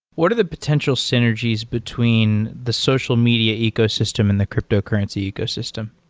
what are the potential synergies between the social media ecosystem and the cryptocurrency ecosystem?